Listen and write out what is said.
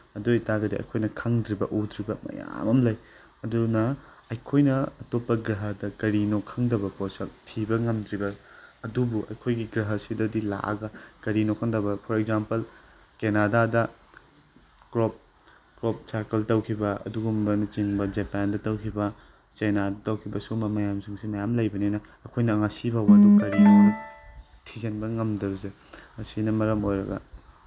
ꯑꯗꯨ ꯑꯣꯏ ꯇꯥꯔꯒꯗꯤ ꯑꯩꯈꯣꯏꯅ ꯈꯪꯗ꯭ꯔꯤꯕ ꯎꯗ꯭ꯔꯤꯕ ꯃꯌꯥꯝ ꯑꯃ ꯂꯩ ꯑꯗꯨꯅ ꯑꯩꯈꯣꯏꯅ ꯑꯇꯣꯞꯄ ꯒ꯭ꯔꯍꯗ ꯀꯔꯤꯅꯣ ꯈꯪꯗꯕ ꯄꯣꯠꯁꯛ ꯊꯤꯕ ꯉꯝꯗ꯭ꯔꯤꯕ ꯑꯗꯨꯕꯨ ꯑꯩꯈꯣꯏꯒꯤ ꯒ꯭ꯔꯍꯁꯤꯗꯗꯤ ꯂꯥꯛꯑꯒ ꯀꯔꯤꯅꯣ ꯈꯪꯗꯕ ꯐꯣꯔ ꯑꯦꯛꯖꯥꯝꯄꯜ ꯀꯦꯅꯥꯗꯥꯗ ꯀ꯭ꯔꯣꯞ ꯀ꯭ꯔꯣꯞ ꯁꯥꯔꯀꯜ ꯇꯧꯈꯤꯕ ꯑꯗꯨꯒꯨꯝꯕꯅꯆꯤꯡꯕ ꯖꯄꯥꯟꯗ ꯇꯧꯈꯤꯕ ꯆꯦꯅꯥꯗ ꯇꯧꯈꯤꯕ ꯁꯨꯝꯕ ꯃꯌꯥꯝꯁꯤꯡꯁꯦ ꯃꯌꯥꯝ ꯂꯩꯕꯅꯤꯅ ꯑꯩꯈꯣꯏꯅ ꯉꯁꯤꯐꯥꯎꯕꯗ ꯀꯔꯤꯅꯣ ꯊꯤꯖꯤꯟꯕ ꯉꯝꯗꯕꯁꯦ ꯑꯁꯤꯅ ꯃꯔꯝ ꯑꯣꯏꯔꯒ